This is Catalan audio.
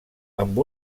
amb